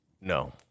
No